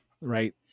right